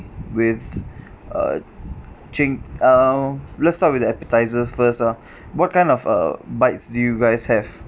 with a ching~ uh let's start with the appetisers first lah what kind of err bites do you guys have